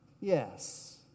Yes